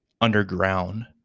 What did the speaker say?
underground